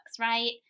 right